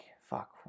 Fuck